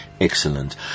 Excellent